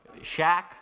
Shaq